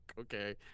okay